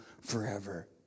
forever